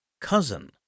Cousin